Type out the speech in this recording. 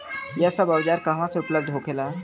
यह सब औजार कहवा से उपलब्ध होखेला?